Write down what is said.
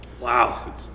Wow